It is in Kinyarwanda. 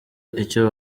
icyo